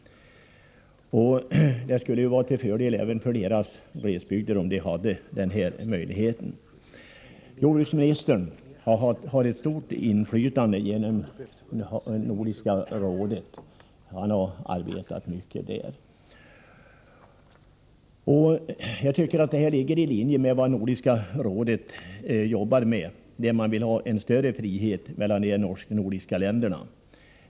Det skulle vara till fördel för glesbygderna, även i Norge, om man hade denna möjlighet. Jordbruksministern har ett stort inflytande i Nordiska rådet, och han har arbetat mycket där. Detta ligger i linje med Nordiska rådets arbete för att åstadkomma en större frihet i handeln mellan de nordiska länderna.